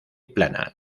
plana